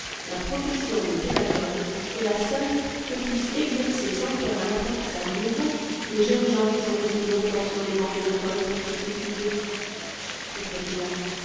la profession de pédagogue est la seule que puissent exercer sans faire un apprentissage nouveau les jeunes gens qui sont restés longtemps sur les bancs de l'école pour se cultiver le fait est là